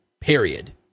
Period